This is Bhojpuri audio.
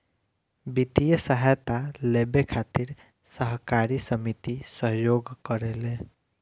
वित्तीय सहायता लेबे खातिर सहकारी समिति सहयोग करेले